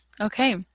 okay